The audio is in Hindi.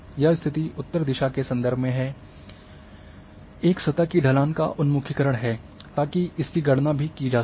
यह स्तिथि उत्तर दिशा के संदर्भ में एक सतह की ढलान का उन्मुखीकरण है ताकि इसकी गणना भी की जा सके